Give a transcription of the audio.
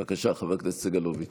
בבקשה, חבר הכנסת סגלוביץ'.